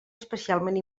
especialment